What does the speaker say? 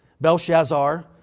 Belshazzar